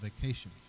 vacation